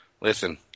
Listen